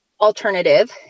alternative